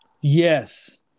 yes